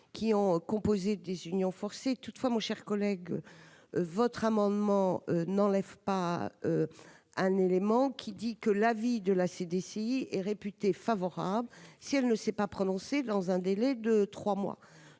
qui ont imposé des unions forcées. Toutefois, mon cher collègue, votre amendement ne tend pas à supprimer la disposition selon laquelle la CDCI est réputée favorable si elle ne s'est pas prononcée dans un délai de trois mois.